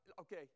okay